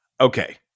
Okay